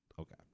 Okay